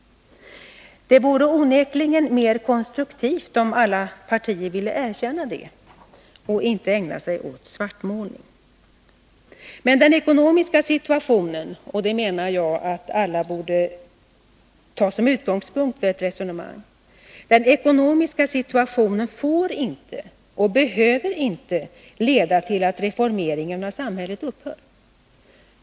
Det vore onekligen mer konstruktivt om alla partier ville erkänna det och inte ägna sig åt svartmålning. Den ekonomiska situationen får inte och behöver inte leda till att reformeringen av samhället upphör, och det menar jag att alla borde ta som utgångspunkt för ett resonemang.